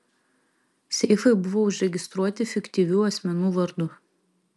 seifai buvo užregistruoti fiktyvių asmenų vardu